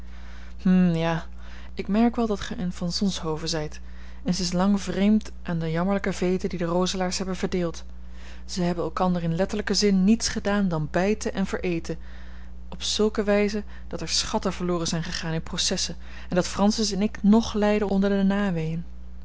ja ik merk wel dat gij een van zonshoven zijt en sinds lang vreemd aan de jammerlijke veeten die de roselaers hebben verdeeld zij hebben elkander in letterlijken zin niets gedaan dan bijten en vereten op zulke wijze dat er schatten verloren zijn gegaan in processen en dat francis en ik ng lijden onder de naweeën